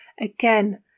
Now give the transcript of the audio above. Again